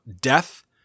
death